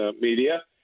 media